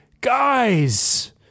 guys